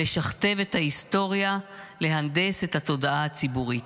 לשכתב את ההיסטוריה, להנדס את התודעה הציבורית.